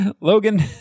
Logan